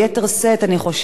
את השבריריות